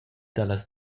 dallas